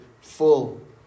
full